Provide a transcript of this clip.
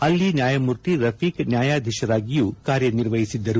ಅಲ್ಲಿ ನ್ಯಾಯಮೂರ್ತಿ ರಫೀಕ್ ನ್ಯಾಯಾಧೀಶರಾಗಿಯೂ ಕಾರ್ಯನಿರ್ವಹಿಸಿದ್ದರು